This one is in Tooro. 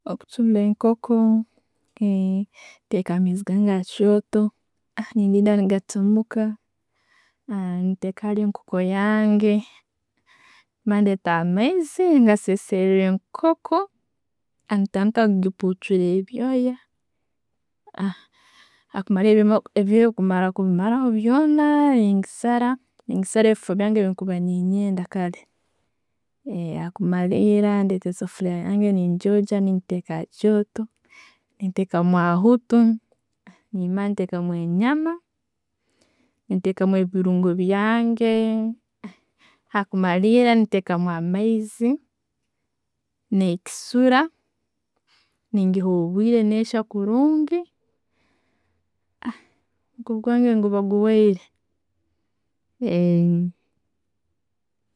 Okuchumba enkoko, nteka amaizi gange hakyoto, nendinda negachamuka, nentakahali enkoko yange. Mara ndeta amaizi, nasenseraenkoko, ntandika gipuchura ebyoya, akumalira ebyoya kumara kubimaraho byona, ngisara, ngisara ebifi byange byenkuba nenyenda hakumalira nenyogya esefuliya yange ngiteka hakyoto, nentekamu ahuto, nemara ntekamu enyama. Nentekamu ebirungo byange. Hakumalira, nentekamu amaizi, ne'kisura nengiha obwire nehya kurungi omukubi gwange guba guhoire.